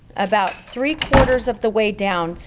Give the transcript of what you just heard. about three-quarters of the way down,